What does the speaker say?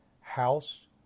house